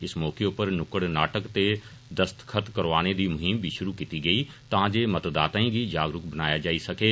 इस मौके उप्पर नुक्कड़ नाटक ते दस्तखत करोआने दी मुहीम बी शुरू कीती गेई तां जे मतदाताएं गी जागरूक बनाया जाई सकै